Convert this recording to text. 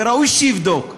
וראוי שיבדוק,